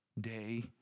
day